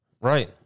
Right